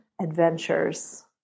adventures